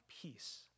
peace